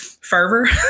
fervor